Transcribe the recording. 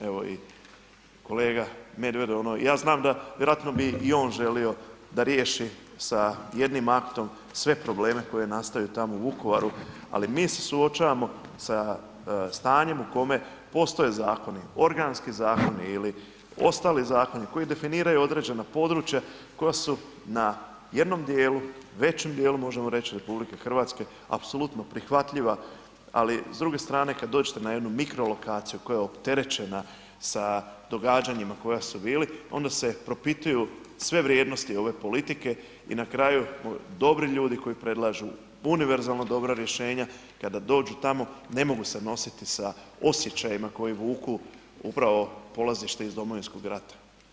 Evo i kolega Medved ono, ja znam da vjerojatno bi i on želio da riješi sa jednim aktom sve probleme koji nastaju tamo u Vukovaru, ali mi se suočavamo sa stanjem u kome postoje zakoni, organski zakoni ili ostali zakoni koji definiraju određena područja koja su na jednom dijelu, većem dijelu možemo reći RH apsolutno prihvatljiva, ali s druge strane kad dođe na jednu mikro lokaciju koja je opterećena sa događanjima koja su bili onda se propituju sve vrijednosti ove politike i na kraju dobri ljudi, koji predlažu univerzalno dobra rješenja kada dođu tamo ne mogu se nositi sa osjećajima koji vuku upravo polazište iz Domovinskog rata.